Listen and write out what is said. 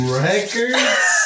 records